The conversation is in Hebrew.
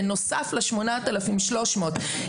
בנוסף ל-8,300,